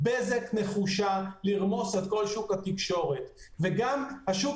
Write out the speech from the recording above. בזק נחושה לרמוס את כל שוק התקשורת וגם השוק